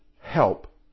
help